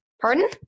Pardon